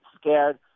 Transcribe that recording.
scared